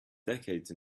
decades